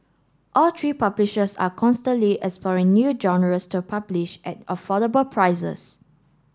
all three publishers are constantly exploring new genres to publish at affordable prices